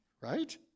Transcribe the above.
Right